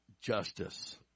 Justice